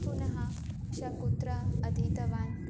पुनः सः कुत्र अधीतवान्